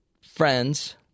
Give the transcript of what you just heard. friends